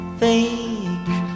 fake